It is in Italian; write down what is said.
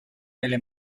nelle